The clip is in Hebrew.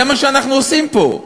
זה מה שאנחנו עושים פה.